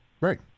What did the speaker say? Right